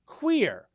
queer